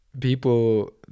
people